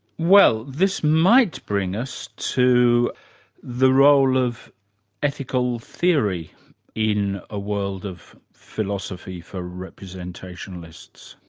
well, this might bring us to the role of ethical theory in a world of philosophy for representationalists.